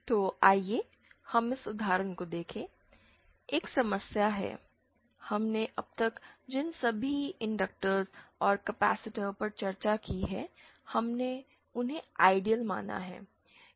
तो आइए हम इस उदाहरण को देखें एक समस्या है कि हमने अब तक जिन सभी इनडक्टर्स और कैपेसिटर पर चर्चा की है हमने उन्हें आइडियल माना है